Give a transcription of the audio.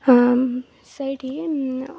ହଁ ସେଇଠି